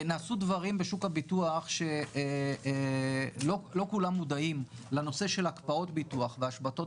נעשו דברים בשוק הביטוח שלא כולם מודעים לנושא של הקפאות ביטוח והשבתות